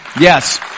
Yes